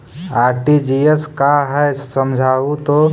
RTGS का है समझाहू तो?